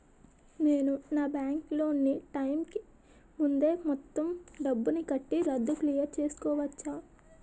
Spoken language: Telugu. నేను నా బ్యాంక్ లోన్ నీ టైం కీ ముందే మొత్తం డబ్బుని కట్టి రద్దు క్లియర్ చేసుకోవచ్చా?